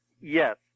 Yes